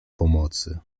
pomocy